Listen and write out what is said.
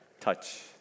touch